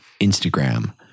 Instagram